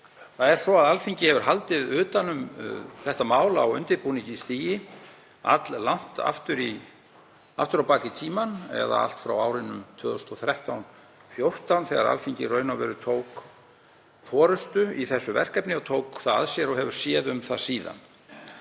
Það er svo að Alþingi hefur haldið utan um þetta mál á undirbúningsstigi alllangt aftur á bak í tímann eða allt frá árunum 2013 og 2014 þegar Alþingi tók í raun og veru forystu í þessu verkefni og tók það að sér og hefur séð um það síðan.